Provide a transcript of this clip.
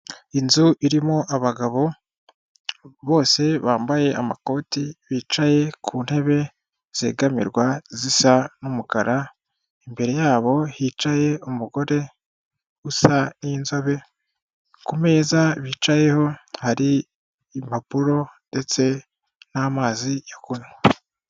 Inzu irimo abagabo bose bambaye amakoti bicaye ku ntebe zegamirwa zisa n'umukara, imbere yabo hicaye umugore usa n'inzobe, ku meza bicayeho hari impapuro ndetse n'amazi yo kunywa.